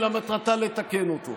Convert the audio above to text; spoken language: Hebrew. אלא מטרתה לתקן אותו.